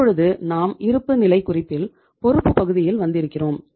இப்பொழுது நாம் இருப்புநிலை குறிப்பில் பொறுப்பு பக்கத்தில் வந்திருக்கிறோம்